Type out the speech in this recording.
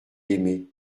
aimé